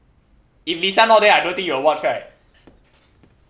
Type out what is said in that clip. if lisa not there I don't think you will watch right